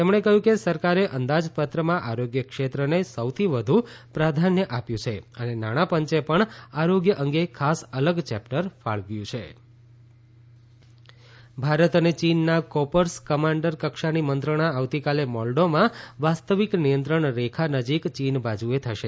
તેમણે કહ્યું કે સરકારે અંદાજપત્રમાં આરોગ્ય ક્ષેત્રને સૌથી વધુ પ્રાધાન્ય આપ્યું છે અને નાણાં પંચે પણ આરોગ્ય અંગે ખાસ અલગ ચેપ્ટર ફાળવ્યું છો ભારત ચીન કોર્પ્સ કમાન્ડર ભારત અને ચીનના કોર્પ્સ કક્ષાની મંત્રણા આવતીકાલે મોલ્ડોમાં વાસ્તવિક નિયંત્રણ રેખા નજીક ચીન બાજુએ થશે